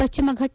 ಪಶ್ಚಿಮ ಘಟ್ಟ